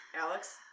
Alex